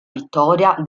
vittoria